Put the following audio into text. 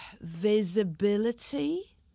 visibility